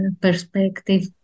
perspective